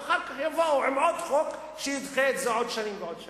ואחר כך יבואו עם עוד חוק שידחה את זה בעוד שנים ובעוד שנים,